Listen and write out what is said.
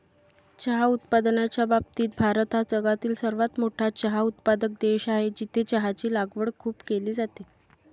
चहा उत्पादनाच्या बाबतीत भारत हा जगातील सर्वात मोठा चहा उत्पादक देश आहे, जिथे चहाची लागवड खूप केली जाते